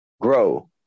grow